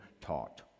taught